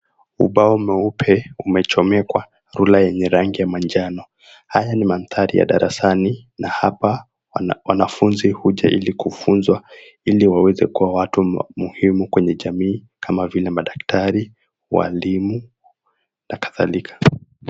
Ubao mweupe umechomekwa rula yenye rangi ya manjano. Haya ni maandhari ya darasani na hapa wanafunzi huja ilikufunzwa iliwaweze kuwa watu muhimu kwenye jamii kama vile madaktari, walimu na kadhalika.